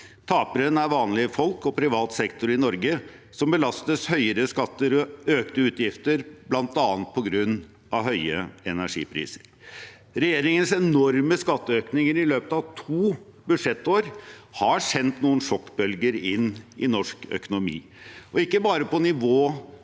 Taperne er vanlige folk og privat sektor i Norge, som belastes med høyere skatter og økte utgifter, bl.a. på grunn av høye energipriser. Regjeringens enorme skatteøkninger i løpet av to budsjettår har sendt noen sjokkbølger inn i norsk økonomi, ikke bare på